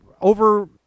over